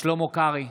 שלמה קרעי,